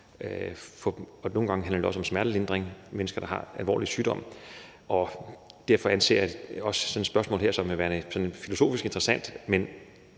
Nogle gange kan man gøre det som smertelindring til mennesker, der har alvorlig sygdom, og derfor anser jeg også sådan et spørgsmål her som værende filosofisk interessant.